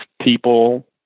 people